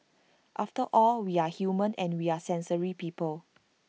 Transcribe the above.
after all we are human and we are sensory people